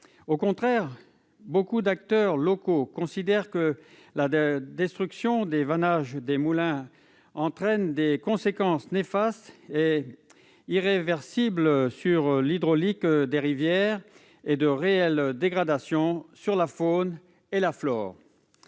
Au contraire, beaucoup d'acteurs locaux considèrent que la destruction des vannages des moulins entraîne des conséquences néfastes et irréversibles sur l'hydraulique des rivières. Elle s'accompagnera, selon eux, d'une réelle